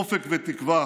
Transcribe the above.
אופק ותקווה